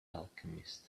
alchemist